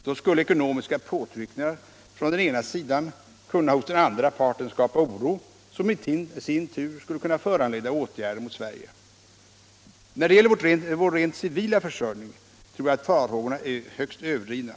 Då skulle ekonomiska påtryckningar från den ena sidan kunna hos den andra parten skapa oro, som i sin tur skulle kunna föranleda åtgärder mot Sverige. När det gäller vår rent civila försörjning tror jag farhågorna är högst överdrivna.